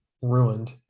ruined